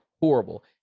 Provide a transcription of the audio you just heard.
horrible